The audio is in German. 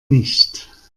nicht